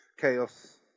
Chaos